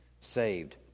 saved